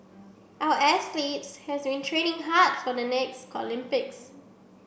our athletes has been training hard for the next Olympics